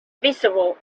visible